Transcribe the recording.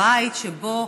הבית שבו